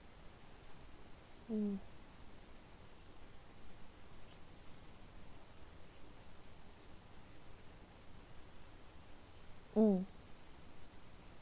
mm mm